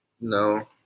No